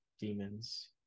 demons